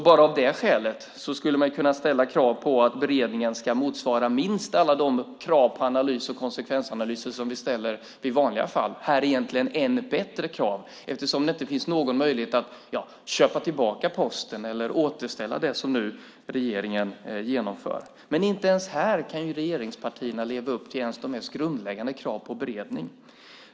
Bara av det skälet skulle man kunna ställa krav på att beredningen ska motsvara minst alla de krav på analys och konsekvensanalyser som vi ställer i vanliga fall. Här borde det egentligen vara ännu hårdare krav eftersom det inte finns någon möjlighet att köpa tillbaka Posten eller återställa det som regeringen nu genomför. Men inte ens här kan regeringspartierna leva upp till de mest grundläggande kraven på beredning.